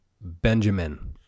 Benjamin